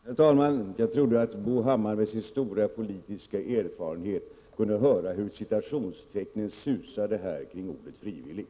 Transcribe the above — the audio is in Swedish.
Herr talman! Jag trodde att Bo Hammar med sin stora politiska erfarenhet kunde höra hur citationstecknen susade kring ordet frivillig.